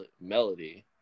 melody